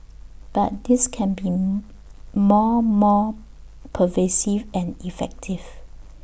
but this can be more more pervasive and effective